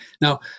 Now